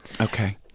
Okay